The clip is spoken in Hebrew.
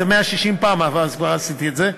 איזה 160 פעם כבר עשיתי את זה,